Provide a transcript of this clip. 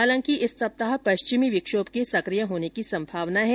हालांकि इस सप्ताह पश्चिमी विक्षोभ के सक्रिय होने की संभावना है